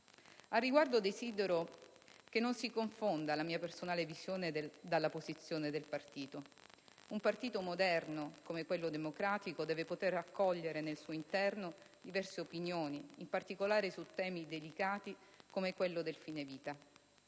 Al riguardo, desidero che non si confonda la mia personale visione dalla posizione del partito. Un partito moderno come il Partito Democratico deve potere accogliere nel suo interno diverse opinioni, in particolare su temi delicati come quello del fine vita.